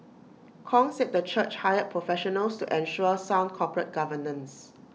Kong said the church hired professionals to ensure sound corporate governance